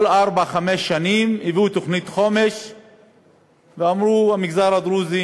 כל ארבע-חמש שנים הביאו תוכנית חומש ואמרו: המגזר הדרוזי,